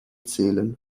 zählen